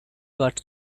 got